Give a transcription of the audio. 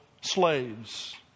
slaves